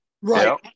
right